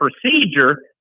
procedure